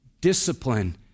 Discipline